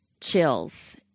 chills